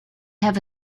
have